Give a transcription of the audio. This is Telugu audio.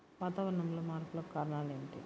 వాతావరణంలో మార్పులకు కారణాలు ఏమిటి?